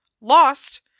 Lost